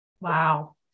Wow